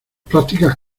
prácticas